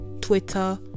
Twitter